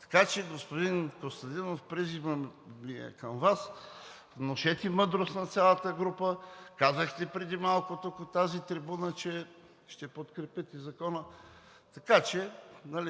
Така че, господин Костадинов, призивът ми е към Вас – внушете мъдрост на цялата група. Казахте преди малко тук от тази трибуна, че ще подкрепите Закона, така че